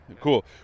cool